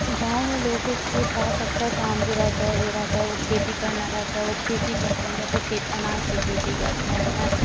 گاؤں میں لوگوں کے پاس اکثر کام جو رہتا ہے وہ رہتا ہے وہ کھیتی کرنا رہتا ہے وہ کھیتی کرتے ہیں جب وہ کھیت اناج کی کھیتی کرتے ہیں